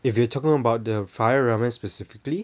if you were talking about the fire ramen specifically